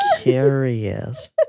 curious